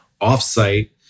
off-site